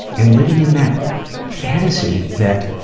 and living in that fantasy that